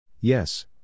Yes